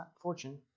fortune